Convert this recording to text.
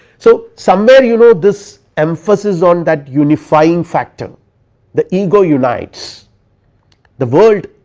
so, somewhere you know this emphasis on that unifying factor the ego unites the world,